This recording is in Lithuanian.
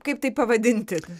kaip tai pavadinti